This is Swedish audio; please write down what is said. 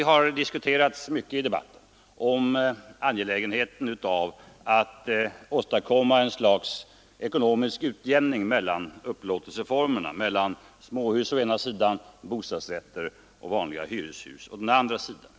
I debatten har angelägenheten av att åstadkomma ekonomisk utjämning mellan småhus å ena sidan och bostadsrätter och vanliga hyreshus å andra sidan diskuterats mycket.